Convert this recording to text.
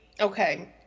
okay